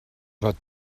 but